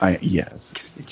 Yes